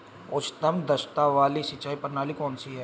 उच्चतम दक्षता वाली सिंचाई प्रणाली कौन सी है?